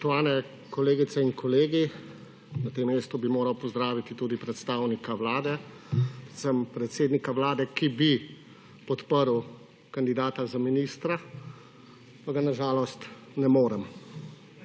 Spoštovani kolegice in kolegi! Na tem mestu bi moral pozdraviti tudi predstavnika Vlade, predvsem predsednika Vlade, ki bi podprl kandidata za ministra, pa ga na žalost ne morem